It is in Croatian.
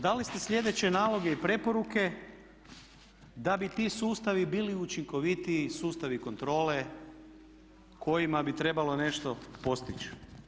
Dali ste sljedeće naloge i preporuke da bi ti sustavi bili učinkovitiji, sustavi kontrole kojima bi trebalo nešto postići.